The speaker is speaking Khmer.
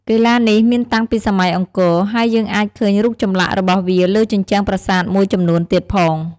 កីឡានេះមានតាំងពីសម័យអង្គរ ហើយយើងអាចឃើញរូបចម្លាក់របស់វាលើជញ្ជាំងប្រាសាទមួយចំនួនទៀតផង។